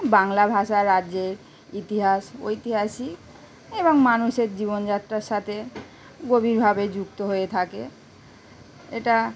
বাংলা ভাষা রাজ্যের ইতিহাস ঐতিহাসিক এবং মানুষের জীবনযাত্রার সাথে গভীরভাবে যুক্ত হয়ে থাকে এটা